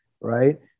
right